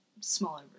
smaller